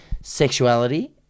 sexuality